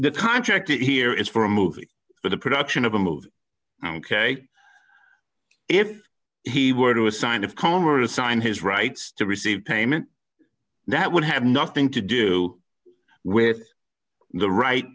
the contract here is for a movie for the production of a movie ok if he were to a sign of commerce sign his rights to receive payment that would have nothing to do with the right